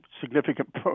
significant